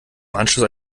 anschluss